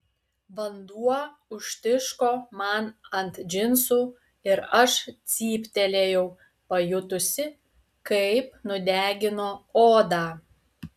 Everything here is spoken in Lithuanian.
vanduo užtiško man ant džinsų ir aš cyptelėjau pajutusi kaip nudegino odą